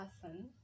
person